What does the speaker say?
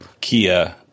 Kia